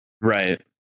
Right